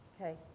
okay